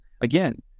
again